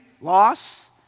loss